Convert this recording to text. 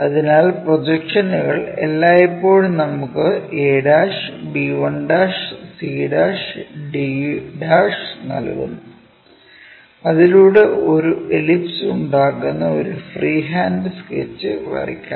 അതിനാൽ പ്രൊജക്ഷനുകൾ എല്ലായ്പ്പോഴും നമുക്ക് a' b1 c d നൽകുന്നു അതിലൂടെ ഒരു എലിപ്സ് ഉണ്ടാക്കുന്ന ഒരു ഫ്രീഹാൻഡ് സ്കെച്ച് വരയ്ക്കണം